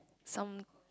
some